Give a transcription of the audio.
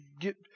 get